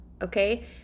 Okay